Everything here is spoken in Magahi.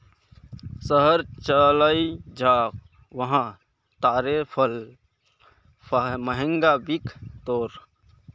शहर चलइ जा वहा तारेर फल महंगा बिक तोक